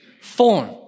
form